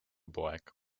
poeg